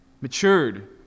matured